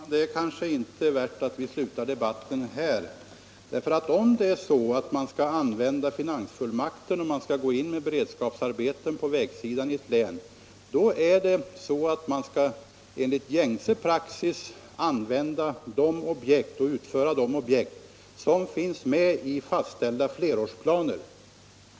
Herr talman! Det är kanske inte riktigt att vi slutar debatten här. Om man skall använda finansfullmakten och sätta i gång beredskapsarbeten på vägsidan i ett län skall man enligt praxis utföra de objekt som finns med i fastställda flerårsplaner.